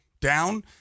down